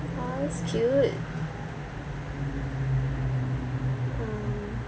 ah that's cute mm